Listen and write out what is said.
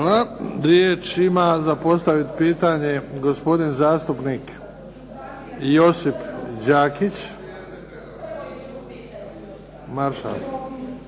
Riječ ima za postaviti pitanje gospodin zastupnik Josip Đakić.